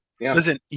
Listen